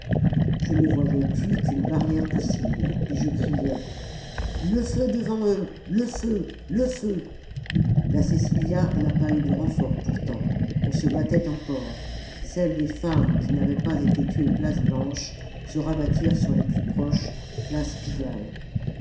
je ne voyais plus qu'une barrière possible et je criais le feu devant eux le feu le feu la cecilia n'a pas eu de renforts pourtant on se battait encore celles des femmes la commune qui n'avaient pas été tuées place blanche se rabattirent sur les plus proches place pigalle